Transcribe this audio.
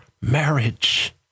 marriage